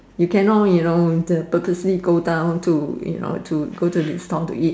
you cannot you know the purposely go down to you know to go to this stall to eat